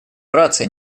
братцы